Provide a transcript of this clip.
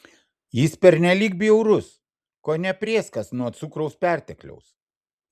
jis pernelyg bjaurus kone prėskas nuo cukraus pertekliaus